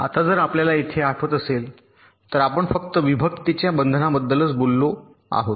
आता जर आपल्याला येथे हे आठवत असेल तर आपण फक्त विभक्ततेच्या बंधनांबद्दलच बोललो आहोत